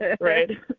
right